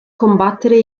combattere